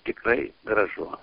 tikrai gražu